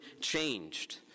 changed